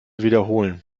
wiederholen